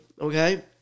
okay